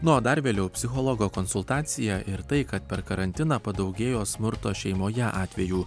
nu o dar vėliau psichologo konsultacija ir tai kad per karantiną padaugėjo smurto šeimoje atvejų